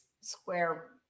square